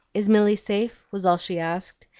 is milly safe? was all she asked,